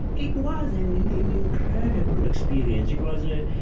it was an incredible experience it was ah